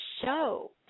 show